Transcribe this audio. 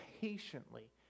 patiently